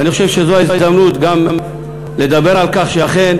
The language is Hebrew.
אני חושב שזו ההזדמנות לדבר על כך שאכן